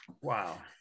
Wow